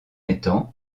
étang